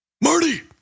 Marty